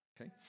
Okay